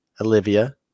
olivia